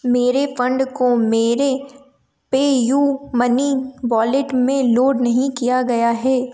मेरे फ़ंड को मेरे पेयू मनी वॉलेट में लोड नहीं किया गया है